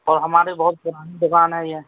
اور ہماری بہت پرانی دکان ہے یہ